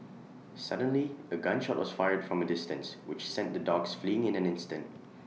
suddenly A gun shot was fired from A distance which sent the dogs fleeing in an instant